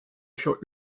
furent